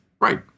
Right